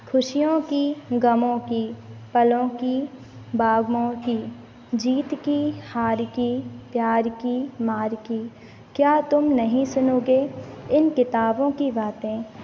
ख़ुशियों की ग़मों की पलों की बाग़मों की जीत की हार की प्यार की मार की क्या तुम नहीं सुनोगे इन किताबों की बातें